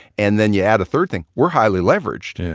and then you add a third thing we're highly leveraged.